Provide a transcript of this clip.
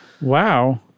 Wow